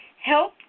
help